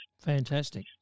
Fantastic